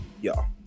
y'all